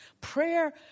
Prayer